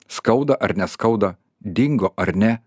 skauda ar neskauda dingo ar ne